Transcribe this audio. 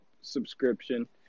subscription